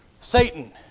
Satan